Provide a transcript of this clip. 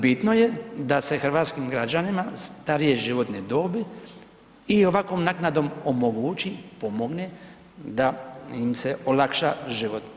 Bitno je da se hrvatskim građanima starije životne dobi i ovakvom naknadom omogući, pomogne da im se olakša život.